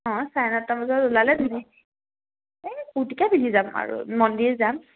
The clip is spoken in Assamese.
অঁ চাৰে নটা বজাত ওলালে ধুনীয়াকৈ এই কুৰ্তিকে পিন্ধি যাম আৰু মন্দিৰ যাম